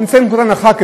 נצא מנקודת הנחה,